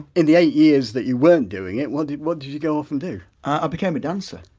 in the eight years that you weren't doing it what did what did you go off and do? i became a dancer.